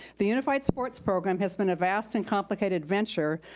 the unified sports program has been a vast and complicated venture,